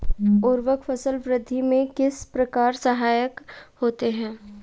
उर्वरक फसल वृद्धि में किस प्रकार सहायक होते हैं?